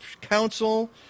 Council